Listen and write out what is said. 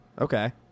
okay